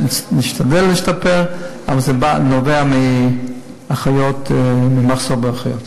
נשתדל להשתפר, אבל זה נובע ממחסור באחיות.